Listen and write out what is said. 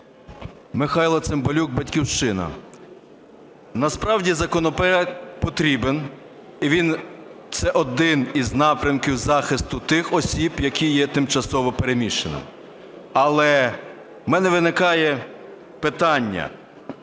Михайло Цимбалюк, "Батьківщина". Насправді законопроект потрібен і він, це один із напрямків захисту тих осіб, які є тимчасово переміщеними. Але в мене виникає питання,